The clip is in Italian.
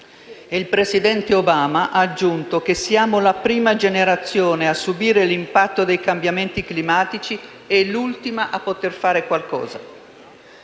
il presidente Obama ha aggiunto che siamo la prima generazione a subire l'impatto dei cambiamenti climatici e l'ultima a poter fare qualcosa.